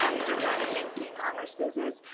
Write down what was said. to running an e-commerce business,